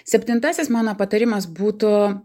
septintasis mano patarimas būtų